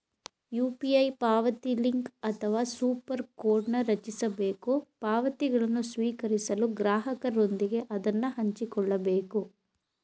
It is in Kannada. ಯು.ಪಿ.ಐ ಪಾವತಿಲಿಂಕ್ ಅಥವಾ ಸೂಪರ್ ಕೋಡ್ನ್ ರಚಿಸಬೇಕು ಪಾವತಿಗಳನ್ನು ಸ್ವೀಕರಿಸಲು ಗ್ರಾಹಕರೊಂದಿಗೆ ಅದನ್ನ ಹಂಚಿಕೊಳ್ಳಬೇಕು